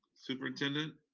superintendent.